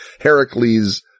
heracles